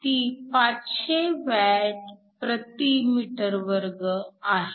ती 500 Wm 2 आहे